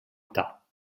tas